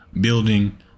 building